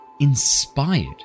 inspired